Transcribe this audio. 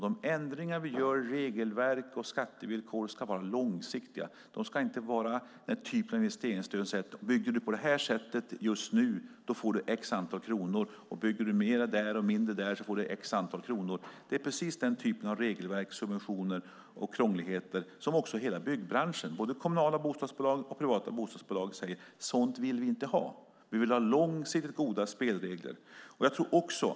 De ändringar vi gör i regelverk och skattevillkor ska vara långsiktiga. De ska inte vara den typ av investeringsstöd som säger: Bygger du på det här sättet just nu får du x kronor, och bygger du mer där och mindre där får du x kronor! Det är precis denna typ av regelverk, subventioner och krångligheter som hela byggbranschen, både kommunala och privata bostadsbolag, säger att de inte vill ha. Vi vill ha långsiktigt goda spelregler, säger de.